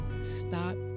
stop